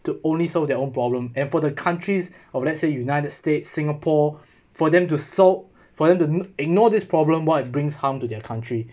to only sold their own problem and for the country's of let's say united states singapore for them to sold for them to ignore this problem what brings harm to their country